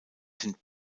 sind